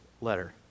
letter